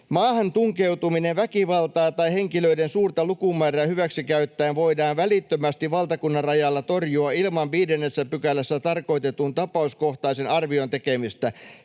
”Maahan tunkeutuminen väkivaltaa tai henkilöiden suurta lukumäärää hyväksikäyttäen voidaan välittömästi valtakunnanrajalla torjua ilman 5 §:ssä tarkoitetun tapauskohtaisen arvion tekemistä,